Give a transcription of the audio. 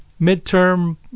midterm